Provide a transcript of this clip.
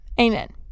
Amen